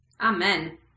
Amen